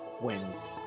Wins